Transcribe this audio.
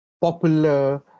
popular